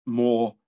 more